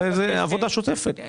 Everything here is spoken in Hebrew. זאת עבודה שוטפת.